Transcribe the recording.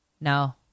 no